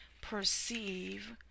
Perceive